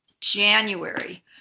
January